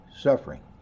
suffering